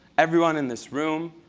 everyone in this room,